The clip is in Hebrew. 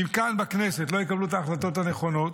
אם כאן בכנסת לא יקבלו את ההחלטות הנכונות,